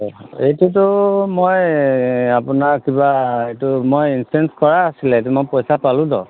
এইটোতো মই আপোনাৰ কিবা এইটো মই ইঞ্চুৰেঞ্চ কৰা আছিলেতো মই পইচা পালোতো